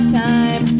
time